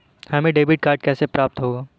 हमें debit card कैसे प्राप्त होगा?